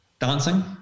dancing